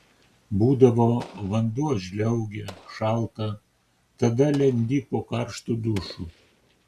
būdavo vanduo žliaugia šalta tada lendi po karštu dušu